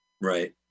Right